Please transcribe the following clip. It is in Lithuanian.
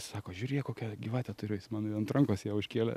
sako žiūrėk kokią gyvatę turiu jis man ant rankos ją užkėlė